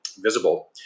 visible